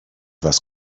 was